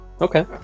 Okay